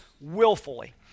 willfully